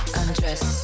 undress